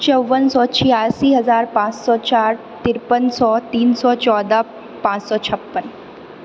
चौबन सए छिआसी हजार पाँच सए चारि तिरपन सए तीन सए चौदह पाँच सए छप्पन